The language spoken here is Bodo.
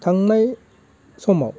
थांनाय समाव